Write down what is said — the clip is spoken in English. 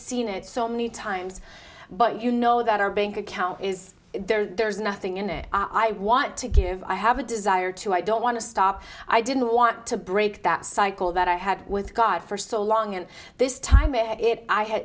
seen it so many times but you know that our being account is there's nothing in it i want to give i have a desire to i don't want to stop i didn't want to break that cycle that i had with god for so long and this time in it i had